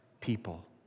people